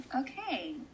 Okay